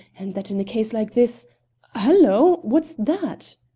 and that in a case like this halloo, what's that?